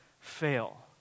fail